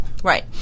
Right